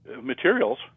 materials